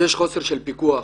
יש חוסר של פיקוח,